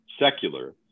secular